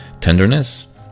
tenderness